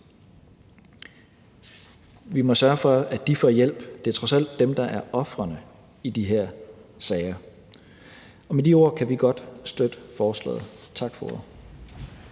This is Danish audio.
Vi må sørge for, at de får hjælp. Det er trods alt dem, der er ofrene i de her sager. Med de ord kan vi godt støtte forslaget. Tak for